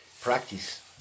practice